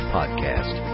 Podcast